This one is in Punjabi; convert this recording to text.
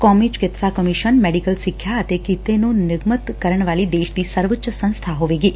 ਕੌਮੀ ਚਿਕਿਤਸਾ ਕਮਿਸ਼ਨ ਮੈਡੀਕਲ ਸਿੱਖਿਆ ਅਤੇ ਕਿੱਤੇ ਨੂੰ ਨਿਰਾਮਿਤ ਕਰਨ ਵਾਲੀ ਦੇਸ਼ ਦੀ ਸਰਵਉੱਚ ਸੰਸਬਾ ਹੋਵੇਗੀ